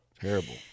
Terrible